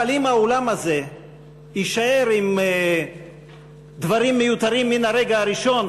אבל אם האולם הזה יישאר עם דברים מיותרים מן הרגע הראשון,